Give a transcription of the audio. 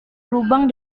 lubang